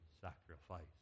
sacrifice